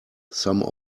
some